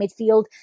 midfield